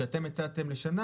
שאתם הצעתם לשנה,